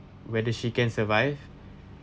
whether she can survive